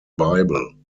bible